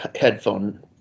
headphone